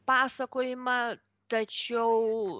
pasakojimą tačiau